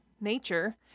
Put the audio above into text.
nature